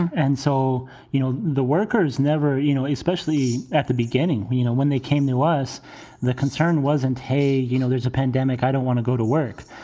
and so, you know, the workers never, you know, especially at the beginning, you know, when they came, there was the concern wasn't, hey, you know, there's a pandemic. i don't want to go to work.